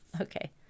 okay